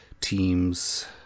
teams